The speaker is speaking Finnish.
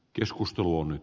keskustelun